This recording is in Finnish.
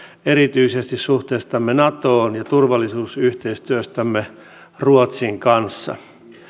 erityisesti suhteestamme natoon ja turvallisuusyhteistyöstämme ruotsin kanssa